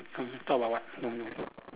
mm talk about mmhmm